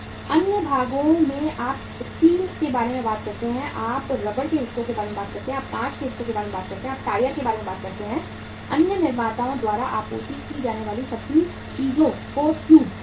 अन्य भागों में आप स्टील के बारे में बात करते हैं आप रबर के हिस्सों के बारे में बात करते हैं आप कांच के हिस्से के बारे में बात करते हैं आप टायर के बारे में बात करते हैं अन्य निर्माताओं द्वारा आपूर्ति की जाने वाली सभी चीजों को ट्यूब करते हैं